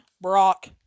Brock